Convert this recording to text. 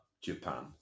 Japan